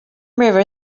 river